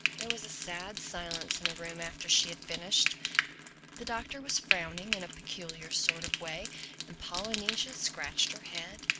there was a sad silence in the room after she had finished the doctor was frowning in a peculiar sort of way and polynesia scratched her head.